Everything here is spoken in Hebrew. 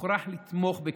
מוכרח לתמוך בכך.